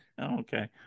Okay